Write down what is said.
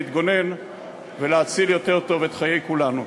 להתגונן ולהציל יותר טוב את חיי כולנו.